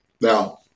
Now